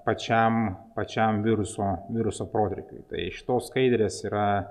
pačiam pačiam viruso viruso protrūkiui tai šitos skaidrės yra